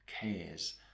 cares